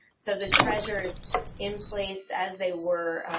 so the treasures in place as they were